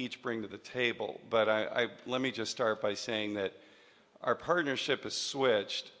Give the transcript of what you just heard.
each bring to the table but i let me just start by saying that our partnership is switched